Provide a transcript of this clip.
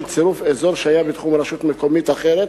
צירוף אזור שהיה בתחום רשות מקומית אחרת,